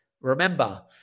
Remember